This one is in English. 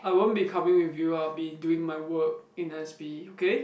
I won't be coming with you I'll be doing my work in s_p okay